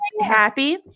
happy